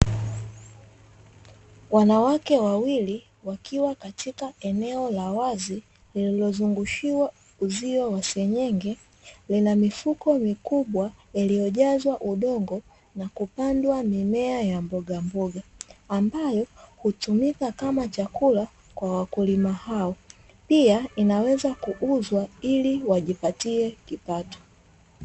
Wanawake wawili wakiwa katika eneo la wazi lililozungushiwa uzio wa senyenge, lina mifuko mikubwa yaliyojazwa udongo na kupandwa mimea ya mbogamboga, ambayo hutumika kama chakula kwa wakulima hao pia inaweza kuuzwa ili wajipatie kipato.